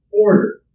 order